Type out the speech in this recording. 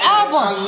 album